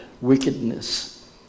wickedness